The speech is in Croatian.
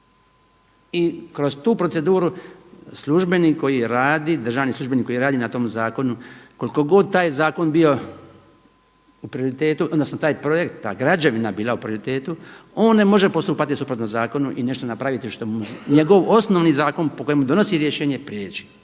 I kroz tu proceduru službenik koji radi, državni službenik koji radi na tom zakonu koliko god taj zakon bio u prioritetu, odnosno taj projekt, ta građevina bila u prioritetu on ne može postupati suprotno zakonu i nešto napraviti što njegov osnovni zakon po kojemu donosi rješenje prijeći.